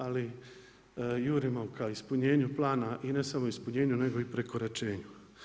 Ali jurimo ka ispunjenju plana i ne samo ispunjenju nego i prekoračenju.